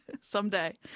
someday